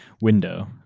window